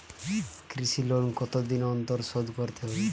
কৃষি লোন কতদিন অন্তর শোধ করতে হবে?